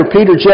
Peter